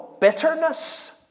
bitterness